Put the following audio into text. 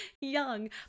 Young